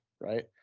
right